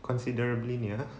considerably near